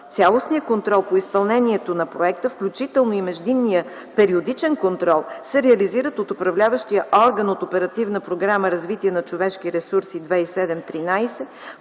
цялостният контрол по изпълнението на проекта, включително и междинният периодичен контрол се реализират от управляващия орган от Оперативна програма „Развитие на човешките ресурси 2007-2013”